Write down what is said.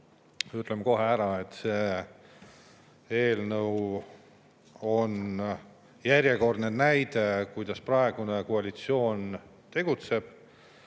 Ütlen kohe ära, et see eelnõu on järjekordne näide sellest, kuidas praegune koalitsioon tegutseb.